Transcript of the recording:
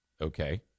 Okay